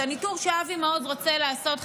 אז הניטור שאבי מעוז רוצה לעשות,